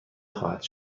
خواهد